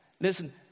Listen